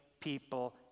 people